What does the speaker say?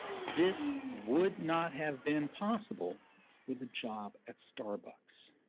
this would not have been possible with a job at starbucks.